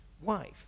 wife